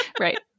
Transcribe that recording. Right